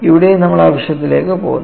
ഇവിടെയും നമ്മൾ ആ വിഷയത്തിലേക്കു പോകുന്നു